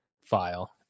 file